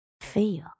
feel